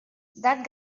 that